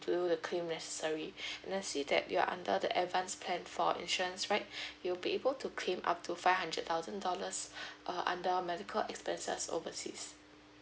do the claim necessarily and I see that your under the advance plan for insurance right you'll be able to claim up to five hundred thousand dollars err under medical expenses overseas